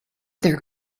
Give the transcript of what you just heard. their